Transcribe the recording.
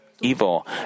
evil